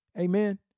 Amen